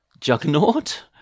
juggernaut